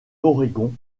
oregon